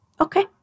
Okay